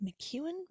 McEwen